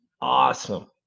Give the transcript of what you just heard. awesome